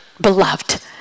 beloved